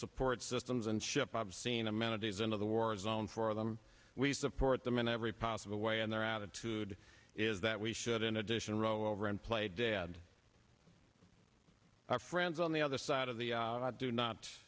support systems and ship obscene amenities into the war zone for them we support them in every possible way and their attitude is that we should in addition roll over and play dead our friends on the other side of the do not